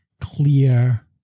clear